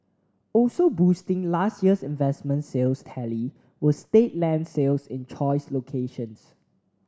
also boosting last year's investment sales tally were state land sales in choice locations